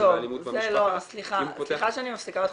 באלימות במשפחה -- סליחה שאני מפסיקה אותך.